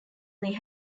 they